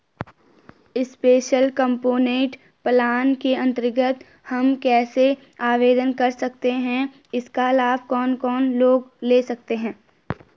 Special component plan के अन्तर्गत हम कैसे आवेदन कर सकते हैं इसका लाभ कौन कौन लोग ले सकते हैं?